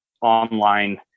online